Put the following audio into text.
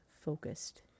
focused